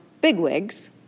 bigwigs